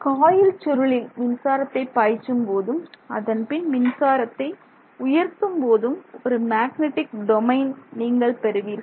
coil சுருளில் மின்சாரத்தைப் பாய்ச்சும் போதும் அதன்பின் மின்சாரத்தை உயர்த்தும் போதும் ஒரு மேக்னெட்டிக் டொமைன் நீங்கள் பெறுகிறீர்கள்